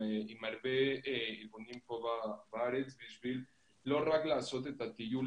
עם הרבה ארגונים פה בארץ בשביל לא רק לעשות את הטיול